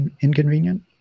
inconvenient